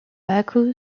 baku